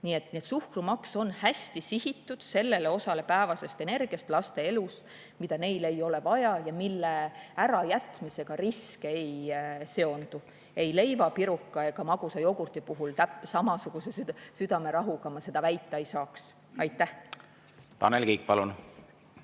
Nii et suhkrumaks on hästi sihitud sellele osale päevasest energiast laste elus, mida neil ei ole vaja ja mille ärajätmisega riske ei seondu. Ei leiva, piruka ega magusa jogurti puhul samasuguse südamerahuga ma seda väita ei saaks. Aitäh! Tõepoolest,